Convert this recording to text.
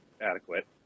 adequate